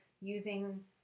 using